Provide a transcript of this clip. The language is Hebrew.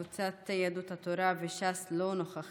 קבוצת יהדות התורה וקבוצת ש"ס לא נוכחים,